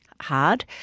hard